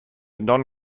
non